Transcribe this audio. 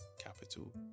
capital